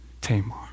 Tamar